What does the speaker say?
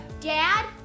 Dad